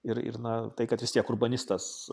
ir ir na tai kad vis tiek urbanistas